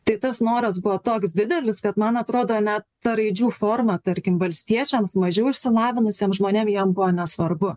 tai tas noras buvo toks didelis kad man atrodo net ta raidžių forma tarkim valstiečiams mažiau išsilavinusiem žmonėm jiem buvo nesvarbu